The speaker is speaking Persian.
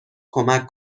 کمک